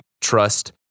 trust